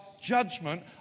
judgment